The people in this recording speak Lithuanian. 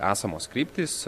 esamos kryptys